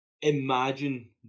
imagine